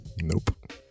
Nope